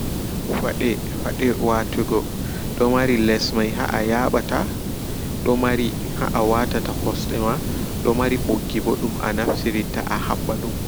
Paɗe watugo pate watugo ɗo mari less mai haa a yaɓata domari ha awatata kosdema domari ɓoggiɓo ɗum a natirta a haɓɓa dum.